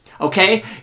okay